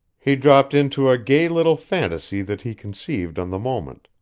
he dropped into a gay little phantasy that he conceived on the moment,